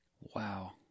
Wow